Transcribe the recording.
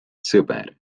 sõber